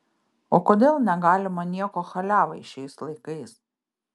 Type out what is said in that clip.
o kodėl negalima nieko chaliavai šiais laikais